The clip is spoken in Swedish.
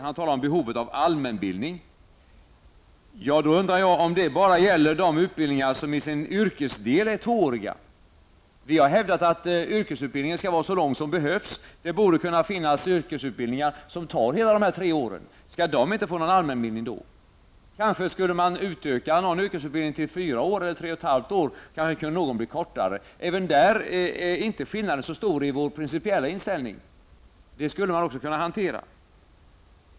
Han talar om behovet av allmänbildning. Jag undrar då om det bara gäller de utbildningar som i sin yrkesdel är tvååriga. Vi har hävdat att yrkesutbildningen skall vara så lång som det behövs. Det borde kunna finnas yrkesutbildningar som tar tre år. Skall de som går dessa då inte få någon allmänbildning? Man kanske skall utöka någon yrkesutbildning till fyra eller tre och ett halvt år -- någon kan bli kortare. Skillnaden i vår principiella inställning är inte heller här så stor. Det skulle man också kunna hantera.